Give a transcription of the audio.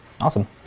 Awesome